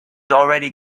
already